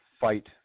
fight